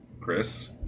Chris